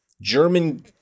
German